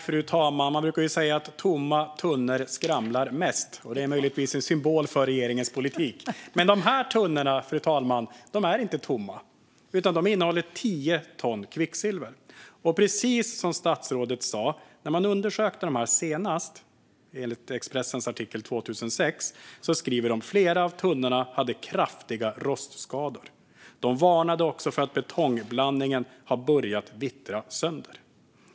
Fru talman! Man brukar säga att tomma tunnor skramlar mest. Det är möjligtvis en symbol för regeringens politik. Men de här tunnorna, fru talman, är inte tomma. De innehåller tio ton kvicksilver. Det är precis som statsrådet säger: När man undersökte tunnorna senast hade flera av dem kraftiga rostskador, enligt Expressens artikel från 2006. Man varnade också för att betongblandningen hade börjat vittra sönder.